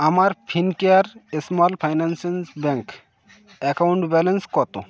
আমার Fincare small finance bank account balance কতো